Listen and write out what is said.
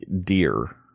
deer